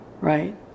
right